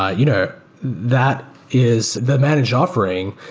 ah you know that is the managed offering.